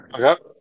Okay